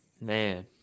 Man